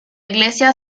iglesia